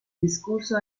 discurso